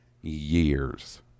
years